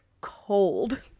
cold